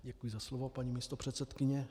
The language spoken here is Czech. Děkuji za slovo, paní místopředsedkyně.